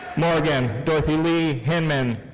morgan dorothy lee hinman.